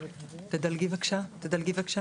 תדלגי, בבקשה.